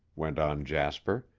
went on jasper.